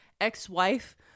ex-wife